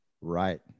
right